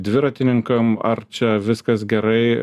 dviratininkam ar čia viskas gerai